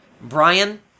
Brian